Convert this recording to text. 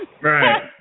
Right